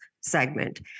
segment